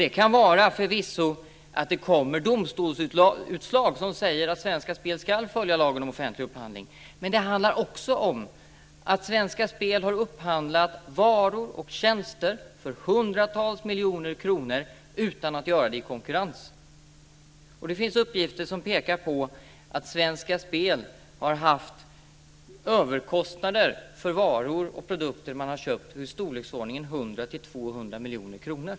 Det kan förvisso vara så att det kommer domstolsutslag som säger att Svenska Spel ska följa lagen om offentlig upphandling. Men det handlar också om att Svenska Spel har upphandlat varor och tjänster för hundratals miljoner kronor utan att göra det i konkurrens. Det finns uppgifter som pekar på att Svenska Spel har haft överkostnader för produkter som man har köpt på i storleksordningen 100-200 miljoner kronor.